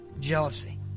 jealousy